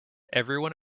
everyone